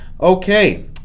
Okay